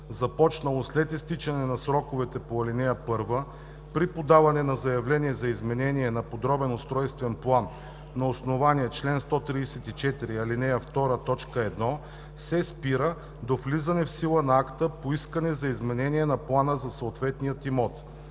започнало след изтичане на сроковете по ал. 1, при подаване на заявление за изменение на подробния устройствен план на основание чл. 134, ал. 2, т. 1 се спира до влизане в сила на акта по искането за изменение на плана за съответния имот.